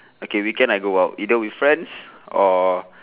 okay weekend I go out either with friends or